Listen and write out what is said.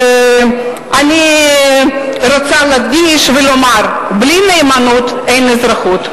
אני רוצה להדגיש ולומר: בלי נאמנות אין אזרחות.